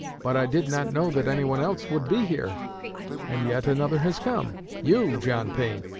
but i did not know that anyone else would be here and yet another has come you, john pain.